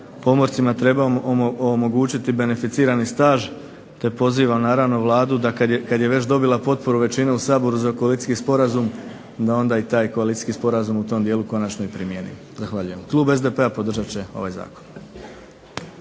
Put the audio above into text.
pomorcima trebao omogućiti beneficirani staž te pozivam naravno Vladu da kad je već dobila potporu većine u Saboru za koalicijski sporazum da onda i taj koalicijski sporazum u tom dijelu konačno i primjeni. Zahvaljujem. Klub SDP-a podržat će ovaj zakon.